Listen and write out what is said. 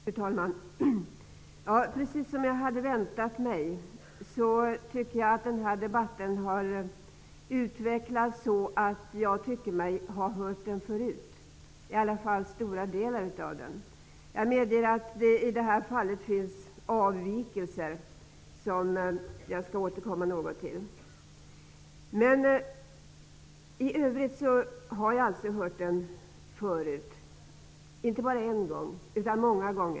Fru talman! Precis som jag hade väntat mig har den här debatten utvecklats i en sådan riktning att jag tycker mig ha hört den förut -- i alla fall stora delar av den. Jag medger att det finns avvikelser som jag något tänker återkomma till. Men i övrigt har jag hört den förut, inte bara en gång utan många gånger.